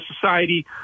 society